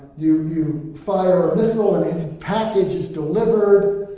you you fire a missile, and it's package is delivered.